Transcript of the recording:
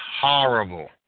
horrible